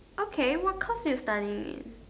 okay what course you studying in